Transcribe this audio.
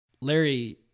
Larry